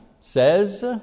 says